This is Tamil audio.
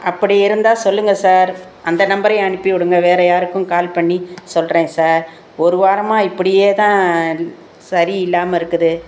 அப்படி இருந்தால் சொல்லுங்கள் சார் அந்த நம்பரையும் அனுப்பி விடுங்க வேறு யாருக்கும் கால் பண்ணி சொல்கிறேன் சார் ஒரு வாரமாக இப்படியே தான் சரியில்லாமல் இருக்குது